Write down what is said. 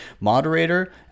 Moderator